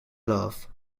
love